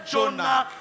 Jonah